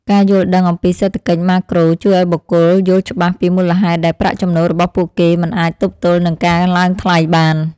ការយល់ដឹងអំពីសេដ្ឋកិច្ចម៉ាក្រូជួយឱ្យបុគ្គលិកយល់ច្បាស់ពីមូលហេតុដែលប្រាក់ចំណូលរបស់ពួកគេមិនអាចទប់ទល់នឹងការឡើងថ្លៃបាន។